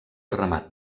remat